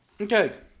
Okay